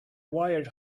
wired